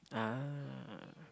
ah